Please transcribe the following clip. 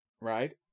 right